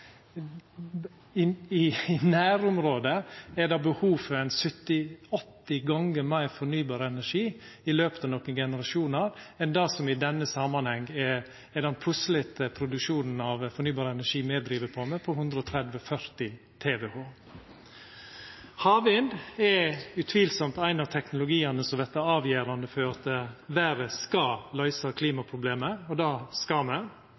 betyr at i nærområdet er det behov for 70–80 gonger meir fornybar energi i løpet av nokre generasjonar enn det som i denne samanhengen er den puslete produksjonen av fornybar energi me driv på med, på 130–140 TWh. Havvind er utvilsamt ein av teknologiane som vert avgjerande for at vêret skal løysa klimaproblemet – og dette skal